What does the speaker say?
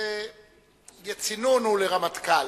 צינון הוא לרמטכ"ל,